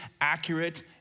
accurate